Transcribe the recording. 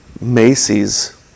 Macy's